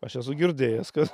aš esu girdėjęs kas